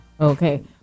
Okay